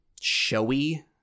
showy